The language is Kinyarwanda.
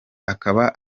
akaba